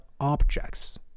objects